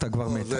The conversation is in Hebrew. אתה כבר מת,